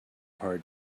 heart